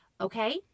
Okay